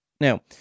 now